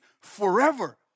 forever